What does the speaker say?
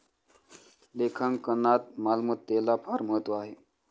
लेखांकनात मालमत्तेला फार महत्त्व आहे